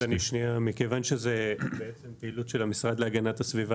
מכיוון שזו בעצם פעילות של המשרד להגנת הסביבה,